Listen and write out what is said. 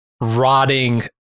rotting